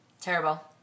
terrible